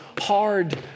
hard